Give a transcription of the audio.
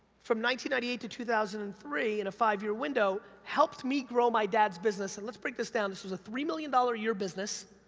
ninety ninety eight to two thousand and three, in a five year window helped me grow my dad's business, and let's break this down, this was a three million dollars a year business,